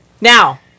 Now